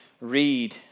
read